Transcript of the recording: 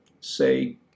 say